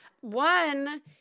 One